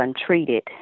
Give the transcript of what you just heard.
untreated